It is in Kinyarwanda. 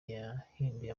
yahinduye